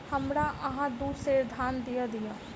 हमरा अहाँ दू सेर धान दअ दिअ